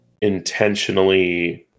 intentionally